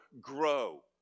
grow